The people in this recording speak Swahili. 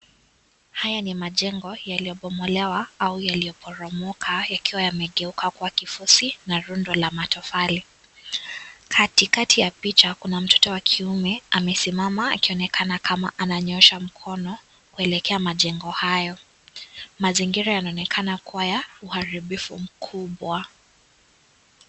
Haya ni majengo yaliyobomolewa au yaliyoporomoka, yakiwa yamegeuka kuwa kifusi na rundo la matofali. Katikati ya picha, kuna mtoto wa kiume amesimama, akionekana kama ananyoosha mkono kuelekea majengo hayo. Mazingira yanaonekana kuwa ya uharibifu mkubwa.